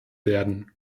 werden